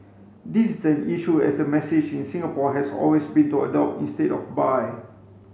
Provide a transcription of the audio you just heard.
this is an issue as the message in Singapore has always been to adopt instead of buy